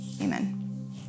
Amen